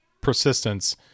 persistence